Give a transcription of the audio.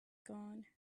gone